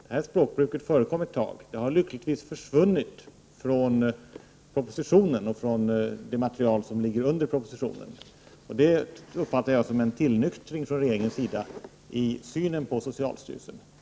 Det språkbruket förekom ett tag, men det har lyckligtvis försvunnit från propositionen och från det material som ligger till grund för propositionen, och det uppfattar jag som en tillnyktring från regeringens sida i synen på socialstyrelsen.